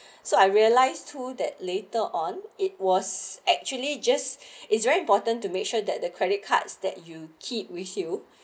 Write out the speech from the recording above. so I realise too that later on it was actually just it's very important to make sure that the credit cards that you keep with you